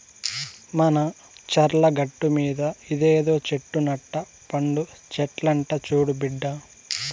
మన చర్ల గట్టుమీద ఇదేదో చెట్టు నట్ట పండు చెట్లంట చూడు బిడ్డా